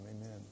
amen